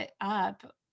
up